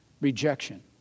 rejection